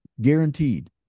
Guaranteed